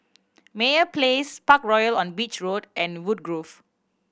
Meyer Place Parkroyal on Beach Road and Woodgrove